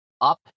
up